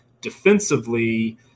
defensively